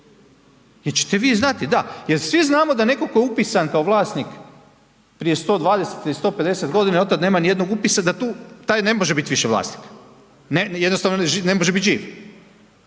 jer ćete vi znati da, jer svi znamo da netko tko je upisan kao vlasnik prije 120 ili 150 g. i otad nema nijednog upisa, da tu, taj ne može više bit vlasnik, jednostavno ne može bit živ